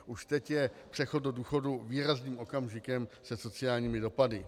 Už teď je přechod do důchodu výrazným okamžikem se sociálními dopady.